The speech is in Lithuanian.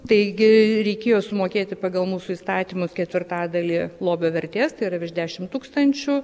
taigi reikėjo sumokėti pagal mūsų įstatymus ketvirtadalį lobio vertės tai yra virš dešim tūkstančių